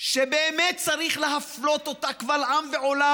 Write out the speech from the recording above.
שבאמת צריך להפלות אותה קבל עם ועולם,